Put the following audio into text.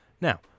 Now